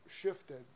shifted